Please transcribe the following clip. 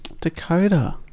Dakota